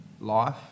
life